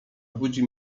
budzi